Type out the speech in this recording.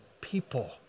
people